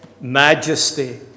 majesty